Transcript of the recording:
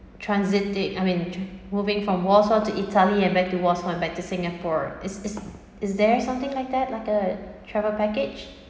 transit date I mean moving from warsaw to italy and back to warsaw and back to singapore is is is there something like that like a travel package